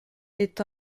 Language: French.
est